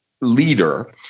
leader